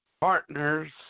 partners